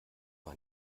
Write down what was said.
war